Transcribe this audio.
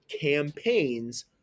campaigns